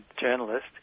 journalist